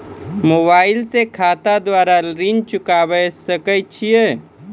Mobile से खाता द्वारा ऋण चुकाबै सकय छियै?